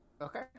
Okay